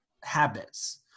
habits